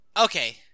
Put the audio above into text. Okay